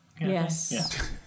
Yes